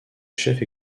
chef